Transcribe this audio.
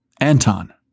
Anton